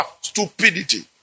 stupidity